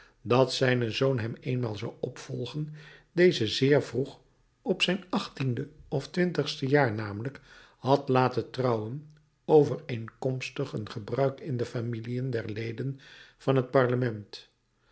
dat zijn zoon hem eenmaal zou opvolgen dezen zeer vroeg op zijn achttiende of twintigste jaar namelijk had laten trouwen overeenkomstig een gebruik in de familiën der leden van het parlement